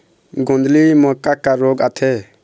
गोंदली म का का रोग आथे?